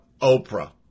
Oprah